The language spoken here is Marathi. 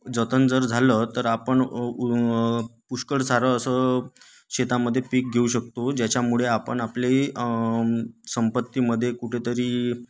जतन जर झालं तर आपण पुष्कळ सारं असं शेतामध्ये पीक घेऊ शकतो ज्याच्यामुळे आपण आपले संपत्तीमध्ये कुठेतरी